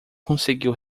conseguiu